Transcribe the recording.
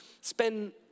spend